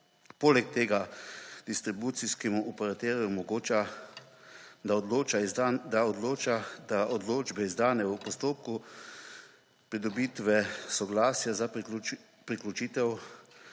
poleg tega distribucijskemu operaterju omogoča, da odloča, da odločbe, izdane v postopku pridobitve soglasja za priključitev